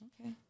Okay